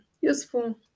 useful